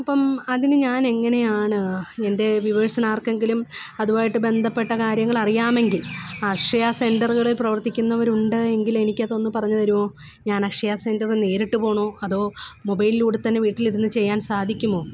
അപ്പോള് അതിന് ഞാനെങ്ങനെയാണ് എന്റെ വ്യൂവേഴ്സിനാർക്കെങ്കിലും അതുമായിട്ട് ബന്ധപ്പെട്ട കാര്യങ്ങളറിയാമെങ്കിൽ അക്ഷയ സെന്ററുകളിൽ പ്രവർത്തിക്കുന്നവരുണ്ട് എങ്കിലെനിക്കതൊന്ന് പറഞ്ഞ് തരുമോ ഞാനക്ഷയ സെന്ററിൽ നേരിട്ട് പോകണോ അതോ മൊബൈലിലൂടെത്തന്നെ വീട്ടിലിരുന്ന് ചെയ്യാൻ സാധിക്കുമോ